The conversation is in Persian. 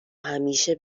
همیشه